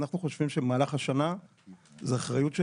אנחנו חושבים שבמהלך השנה זו אחריות של